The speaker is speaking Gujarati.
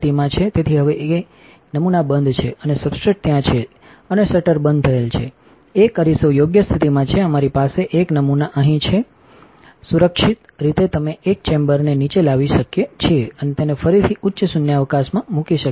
તેથી હવે કે નમૂના બંધ છે અને સબસ્ટ્રેટ ત્યાં છે અને શટર બંધ થયેલ છે એક અરીસો યોગ્ય સ્થિતિમાં છે અમારી પાસે એક નમૂના અહીં છે મ mનટેડ સુરક્ષિત રીતે અમે એક ચેમ્બરને નીચે લાવી શકીએ છીએ અને તેને ફરીથી ઉચ્ચ શૂન્યાવકાશમાં મૂકી શકીએ છીએ